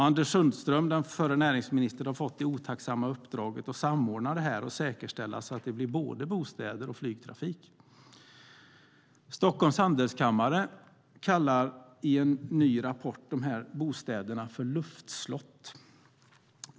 Anders Sundström, den förre näringsministern, har fått det otacksamma uppdraget att samordna det här och säkerställa så att det blir både bostäder och flygtrafik. Stockholms Handelskammare kallar i en ny rapport dessa bostäder för luftslott.